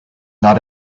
not